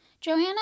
Joanna